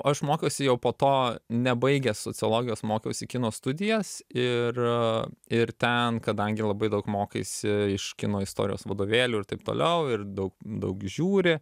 aš mokiausi jau po to nebaigęs sociologijos mokiausi kino studijas ir ir ten kadangi labai daug mokaisi iš kino istorijos vadovėlių ir taip toliau ir daug daug žiūri